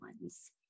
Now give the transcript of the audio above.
ones